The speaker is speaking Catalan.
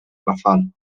rafal